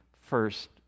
first